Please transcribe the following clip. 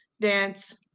dance